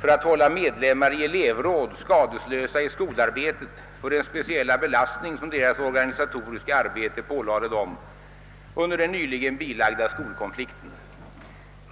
för att hålla medlemmar i elevråd skadeslösa i skolarbetet för den speciella belastning som deras organisatoriska arbete pålade dem under den nyligen bilagda skolkonflikten.